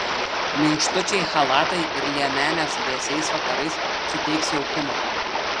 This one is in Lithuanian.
minkštučiai chalatai ir liemenės vėsiais vakarais suteiks jaukumo